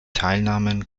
teilnahmen